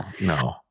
no